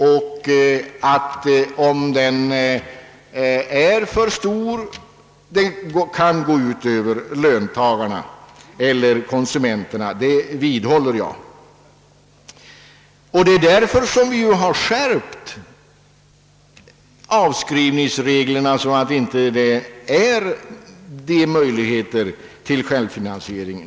Om självfinansieringen får alltför stora mått kan den gå ut över löntagarna eller konsumenterna — det vidhåller jag. Av den anledningen har ju också avskrivningsreglerna skärpts på ett sådant sätt att de inte numera ger samma möjligheter till självfinansiering.